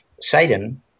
Satan